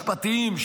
המשפטיים,